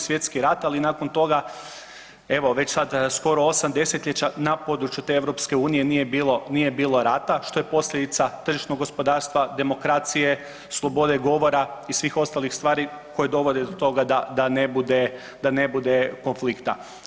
Svjetski rat, ali nakon toga evo već sada skoro osam desetljeća na području te EU nije bilo rata što je posljedica tržišnog gospodarstva, demokracije, slobode govora i svih ostalih stvari koje dovode do toga da ne bude konflikta.